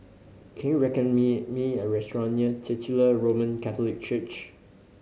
can you recommend me me a restaurant near Titular Roman Catholic Church